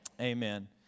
amen